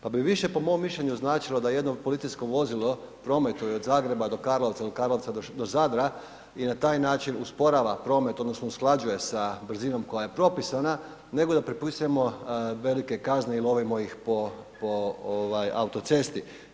Pa bi više po mom mišljenju značilo da jedno policijsko vozilo prometuje od Zagreba do Karlovca ili od Karlovca do Zadra i na taj način usporava promet, odnosno usklađuje sa brzinom koja je propisana nego da propisujemo velike kazne i lovimo ih po autocesti.